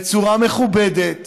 בצורה מכובדת